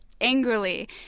angrily